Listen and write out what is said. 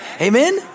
Amen